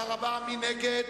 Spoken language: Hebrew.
מי נגד?